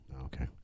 Okay